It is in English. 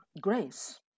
grace